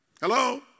Hello